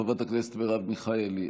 חברת הכנסת מרב מיכאלי,